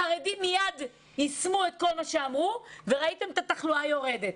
החרדים מייד יישמו את כל מה שאמרו וראיתם שהתחלואה יורדת.